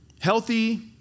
Healthy